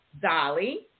Dolly